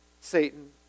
Satan